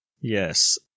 Yes